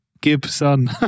Gibson